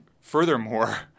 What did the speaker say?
furthermore